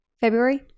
February